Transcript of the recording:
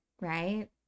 right